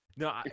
No